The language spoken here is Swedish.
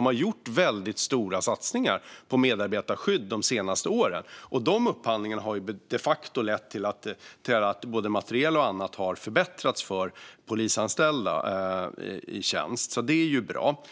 Man har gjort väldigt stora satsningar på medarbetarskydd de senaste åren, och de upphandlingarna har de facto lett till att både materiel och annat har förbättrats för polisanställda i tjänst. Det är ju bra.